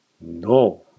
No